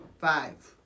Five